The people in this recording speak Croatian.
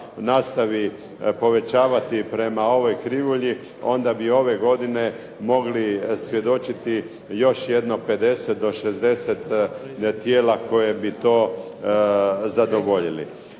nastavi povećavati prema ovoj krivulji, onda bi ove godine mogli svjedočiti još jedno 50 do 60 tijela koje bi to zadovoljili.